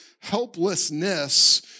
helplessness